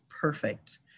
perfect